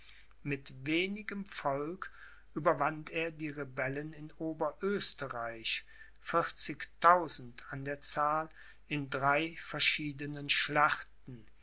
mit wenigem volk überwand er die rebellen in oberösterreich vierzigtausend an der zahl in drei verschiedenen schlachten